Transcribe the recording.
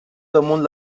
damunt